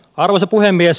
arvoisa puhemies